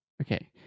Okay